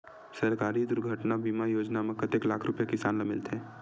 सहकारी दुर्घटना बीमा योजना म कतेक लाख रुपिया किसान ल मिलथे?